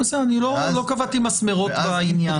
בסדר, אני לא קבעתי מסמרות בעניין.